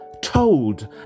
told